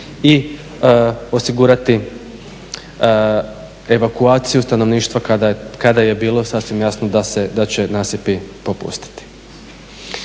i osigurati evakuaciju stanovništva kada je bilo sasvim jasno da će nasipi popustiti.